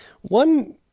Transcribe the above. One